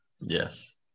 Yes